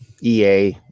EA